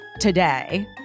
today